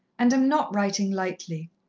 and am not writing lightly.